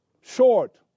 short